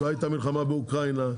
לא הייתה מלחמה באוקראינה,